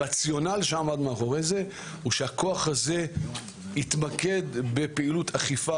הרציונל שעמד מאחורי זה הוא שהכוח הזה יתמקד בפעילות אכיפה